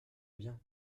bien